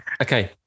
Okay